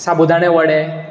साबुदाणे वडे